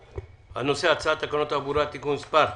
הנושא: הצעת תקנות התעבורה (תיקון מס'...